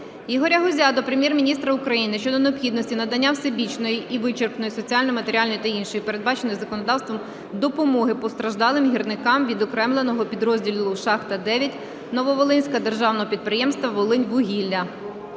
Ігоря Гузя до Прем'єр-міністра України щодо необхідності надання всебічної і вичерпної соціальної, матеріальної та іншої (передбаченої законодавством) допомоги постраждалим гірникам Відокремленого підрозділу "Шахта 9 "Нововолинська" Державного підприємства "Волиньвугілля".